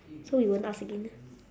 so we won't ask again